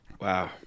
Wow